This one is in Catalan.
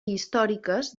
històriques